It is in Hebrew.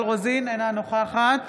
אינה נוכחת